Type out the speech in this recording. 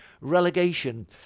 relegation